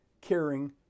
caring